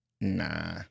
Nah